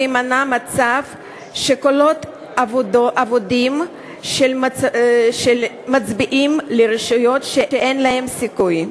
הוא ימנע מצב של קולות אבודים של מצביעים לרשימות שאין להן סיכוי.